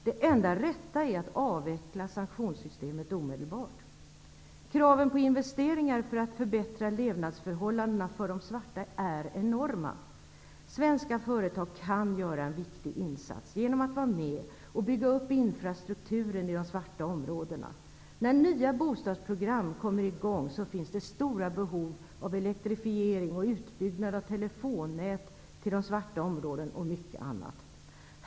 Det enda rätta är att avveckla sanktionssystemet omedelbart. Kraven på investeringar för att förbättra levnadsförhållandena för de svarta är enorma. Svenska företag kan göra en viktig insats genom att vara med och bygga upp infrastrukturen i de svarta områdena. När nya bostadsprogram kommer i gång finns det stora behov av elektrifiering och utbyggnad av telefonnät till de svarta områdena och mycket annat.